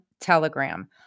Telegram